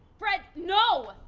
fred, no!